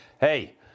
hey